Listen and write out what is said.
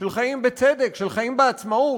של חיים בצדק, של חיים בעצמאות,